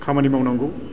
खामानि मावनांगौ